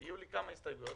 יהיו לי כמה הסתייגויות.